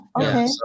Okay